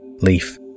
Leaf